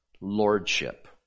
lordship